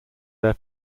their